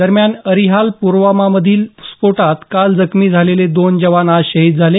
दरम्यान अरिहाल पुलवामामधील स्फोटात काल जखमी झालेले दोन जवान आज शहीद झाले